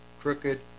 crooked